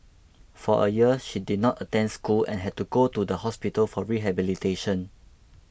for a year she did not attend school and had to go to the hospital for rehabilitation